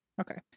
Okay